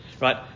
Right